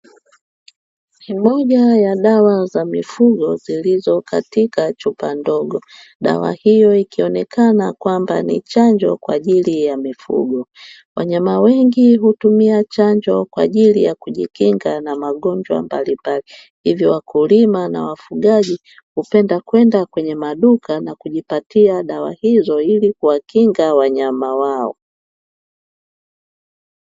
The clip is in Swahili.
Moja ya dawa za mifugo zilizo katika chupa ndogo, dawa hiyo ikionekana kwamba ni chanjo kwa ajili ya mifugo, wanyama wengi hutumia chanjo kwa ajili ya kujikinga na magonjwa mbalimbali hivyo wakulima na wafugaji hupenda kwenda kwenye maduka na kujipatia dawa hizo ili kuwakinga wanyama wao.